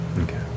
Okay